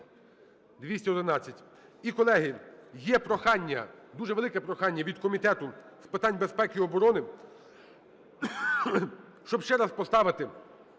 За-211 І, колеги, є прохання, дуже велике прохання від Комітету з питань безпеки і оборони, щоб ще раз поставити